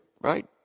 right